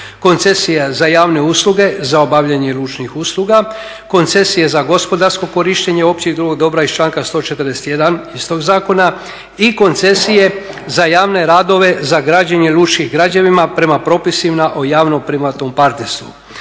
koncesija za javne usluge, za obavljanje lučnih usluga, koncesije za gospodarsko korištenje općeg i drugog dobra iz članka 141. istog zakona i koncesije za javne radove za građenje lučkih građevina prema propisima o javno privatnom partnerstvu.